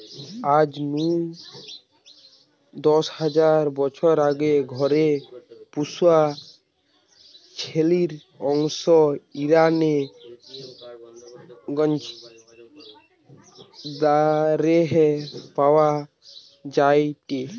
আজ নু দশ হাজার বছর আগে ঘরে পুশা ছেলির অংশ ইরানের গ্নজ দারেহে পাওয়া যায়টে